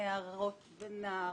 נערות ונער,